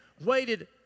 waited